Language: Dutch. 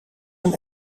een